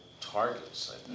Targets